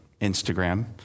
Instagram